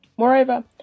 Moreover